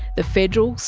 the federal,